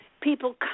people